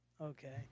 Okay